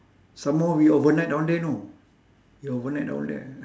some more we overnight down there know we overnight down there